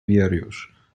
wierusz